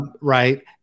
right